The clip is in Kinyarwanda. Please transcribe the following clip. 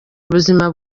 ubuzima